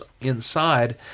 inside